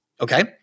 okay